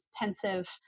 intensive